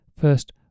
First